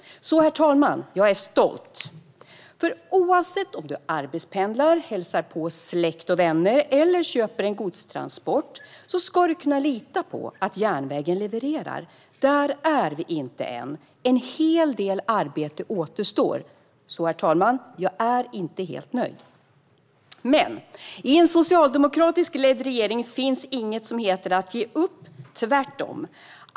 Så, herr talman, jag är stolt. Oavsett om du arbetspendlar, hälsar på släkt och vänner eller köper en godstransport ska du kunna lita på att järnvägen levererar. Där är vi inte än. En hel del arbete återstår, så jag är inte helt nöjd, herr talman. Men i en socialdemokratiskt ledd regering finns det inget som heter att ge upp. Tvärtom!